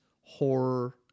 horror